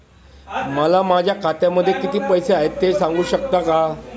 मला माझ्या खात्यामध्ये किती पैसे आहेत ते सांगू शकता का?